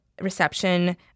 reception